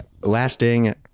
lasting